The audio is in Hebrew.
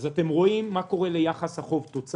אז אתם רואים מה קורה ליחס חוב-תוצר.